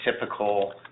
typical